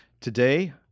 Today